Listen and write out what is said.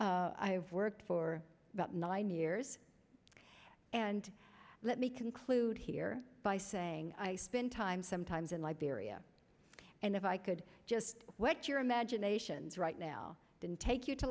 whom i've worked for about nine years and let me conclude here by saying i spent time sometimes in liberia and if i could just wet your imaginations right now and take you to